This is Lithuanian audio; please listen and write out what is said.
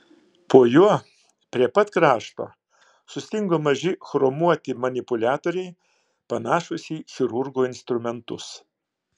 po juo prie pat krašto sustingo maži chromuoti manipuliatoriai panašūs į chirurgo instrumentus